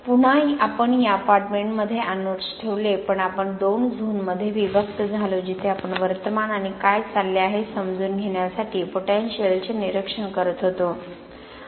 पुन्हा आपण या अपार्टमेंटमध्ये एनोड्स ठेवले पण आपण दोन झोनमध्ये विभक्त झालो जिथे आपण वर्तमान आणि काय चालले आहे हे समजून घेण्यासाठी पोटेनिशियलचे निरीक्षण करत होतो